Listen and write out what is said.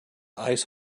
ice